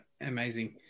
amazing